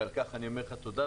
ועל כך אני אומר לך תודה,